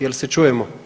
Jel se čujemo?